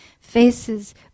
Faces